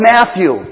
Matthew